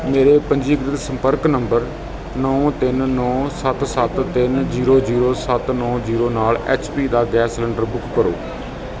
ਮੇਰੇ ਪੰਜੀਕ੍ਰਿਤ ਸੰਪਰਕ ਨੰਬਰ ਨੌਂ ਤਿੰਨ ਨੌਂ ਸੱਤ ਸੱਤ ਤਿੰਨ ਜੀਰੋ ਜੀਰੋ ਸੱਤ ਨੌਂ ਜੀਰੋ ਨਾਲ ਐਚ ਪੀ ਦਾ ਗੈਸ ਸਿਲੰਡਰ ਬੁੱਕ ਕਰੋ